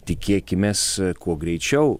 tikėkimės kuo greičiau